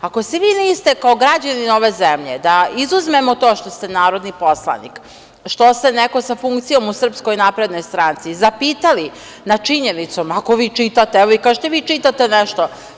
Ako se vi niste kao građanin ove zemlje, da izuzmemo to što se narodni poslanik, što ste neko sa funkcijom su SNS, zapitali nad činjenicom, ako vi čitate, evo kažete vi čitate nešto.